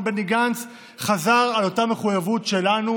בני גנץ חזר על אותה מחויבות שלנו